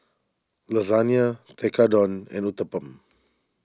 Lasagna Tekkadon and Uthapam